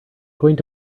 going